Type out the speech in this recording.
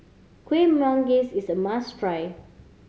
Kuih Manggis is a must try